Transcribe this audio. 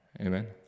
Amen